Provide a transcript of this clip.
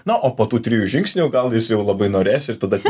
na o po tų trijų žingsnių gal jis jau labai norės ir tada kai